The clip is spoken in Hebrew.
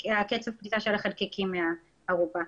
קצב פליטת החלקיקים מהארובה.